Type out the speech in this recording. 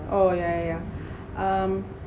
oh yeah yeah um